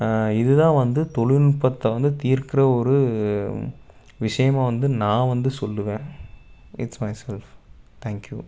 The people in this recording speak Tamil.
இது தான் வந்து தொழில்நுட்பத்தை வந்து தீர்க்கிற ஒரு விஷயமாக வந்து நான் வந்து சொல்லுவேன் இட்ஸ் மை செல்ஃப் தேங்க்யூ